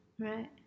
Right